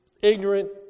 ignorant